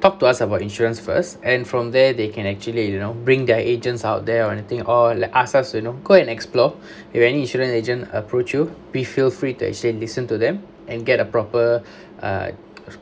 talk to us about insurance first and from there they can actually you know bring their agents out there or anything or like ask us you know go and explore if any insurance agent approached you be feel free to actually listen to them and get a proper a